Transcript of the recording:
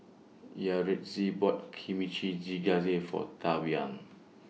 Yaretzi bought Kimchi For Tavian